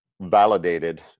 validated